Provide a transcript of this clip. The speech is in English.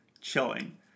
chilling